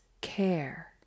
care